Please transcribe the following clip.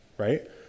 Right